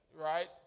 Right